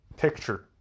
Picture